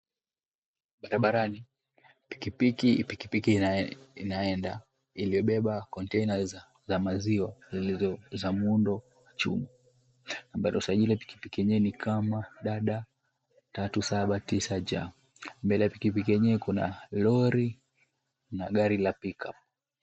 Barabarani, pikipiki inaenda iliyobeba konteina za maziwa zilizo za muundo wa chuma ambalo sajili ya pikipiki yenyewe ni kama dd 397j. Mbele ya pikipiki yenyewe kuna lori na gari ya pick-up.